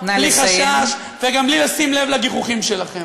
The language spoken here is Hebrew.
בלי חשש וגם בלי לשים לב לגיחוכים שלכם.